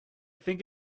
think